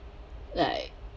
like